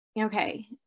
okay